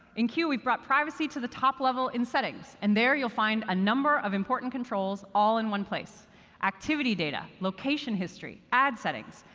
in q, we brought privacy to the top level in settings. and there, you'll find a number of important controls all in one place activity data, location history, ad settings.